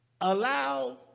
allow